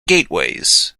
gateways